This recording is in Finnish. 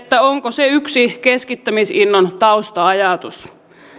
onko se yksi keskittämisinnon tausta ajatus